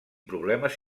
problemes